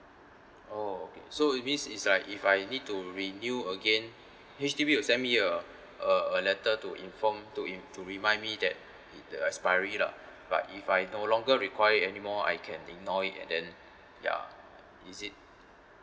oh okay so it means is like if I need to renew again H_D_B will send me a uh a letter to inform to im~ to remind me that the uh expiry lah but if I no longer require anymore I can ignore it and then ya is it